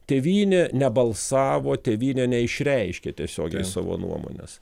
tėvynė nebalsavo tėvynė neišreiškė tiesiogiai savo nuomonės